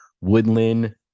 woodland